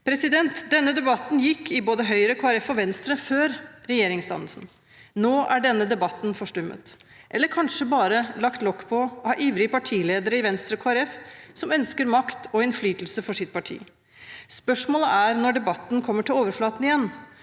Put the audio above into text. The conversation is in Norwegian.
er.» Denne debatten gikk i både Høyre, Kristelig Folkeparti og Venstre før regjeringsdannelsen. Nå er denne debatten forstummet, eller kanskje bare lagt lokk på av ivrige partiledere i Venstre og Kristelig Folkeparti, som ønsker makt og innflytelse for sitt parti. Spørsmålet er når debatten kommer til overflaten igjen.